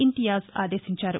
ఇంతియాజ్ ఆదేశించారు